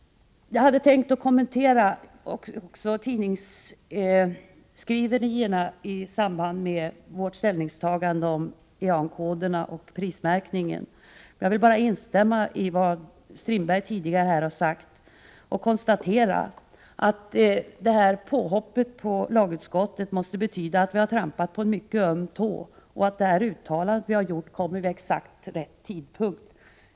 Jag hade tänkt att också kommentera tidningsskriverierna i samband med vårt ställningstagande om EAN-koderna och prismärkningen, men jag skall bara instämma i vad Per-Olof Strindberg tidigare har sagt och konstatera att påhoppet på lagutskottet måste betyda att vi har trampat på en mycket öm tå och att det uttalande vi har gjort kommer vid exakt rätt tidpunkt.